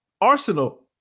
Arsenal